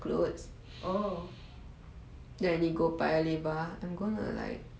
orh orh